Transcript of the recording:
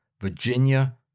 Virginia